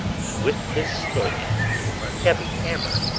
with this stake came a heavy hammer,